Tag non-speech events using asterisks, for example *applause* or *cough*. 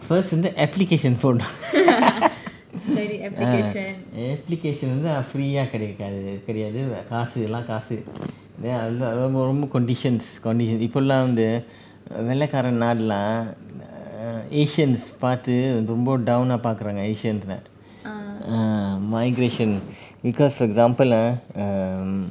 first in the application form *laughs* ah application வந்து:vanthu free ஆ கிடைக்காது கிடையாது காசு எல்லாம் காசு ரொம்ப:aa kidaikathu kidaikathu kaasu ellam kaasu romba conditions conditions இப்போல்லாம் வந்து வெள்ளகாரா நாடுலாம்:ipolam vanthu vellaikara naadulm ah asians பார்த்து ரொம்ப டௌன் ஆ பார்க்குறாங்க:paarthu romba down aa paarkuraanga asians னு:nu ah migration because example ah um